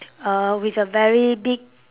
uh with a very big